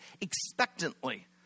expectantly